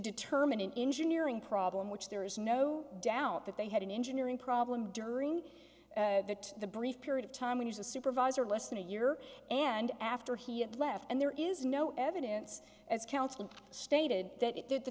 determine an engineering problem which there is no doubt that they had an engineering problem during that brief period of time when he's a supervisor less than a year and after he had left and there is no evidence as council stated that it did th